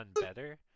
better